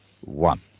one